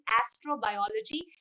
astrobiology